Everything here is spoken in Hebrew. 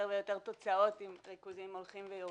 יותר תוצאות עם ריכוזים הולכים ויורדים,